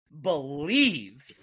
believe